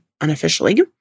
unofficially